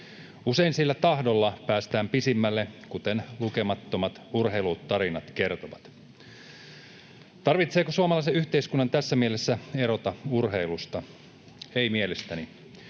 Usein sillä tahdolla päästään pisimmälle, kuten lukemattomat urheilutarinat kertovat. Tarvitseeko suomalaisen yhteiskunnan tässä mielessä erota urheilusta? Ei mielestäni.